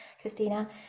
Christina